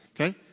Okay